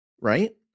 Right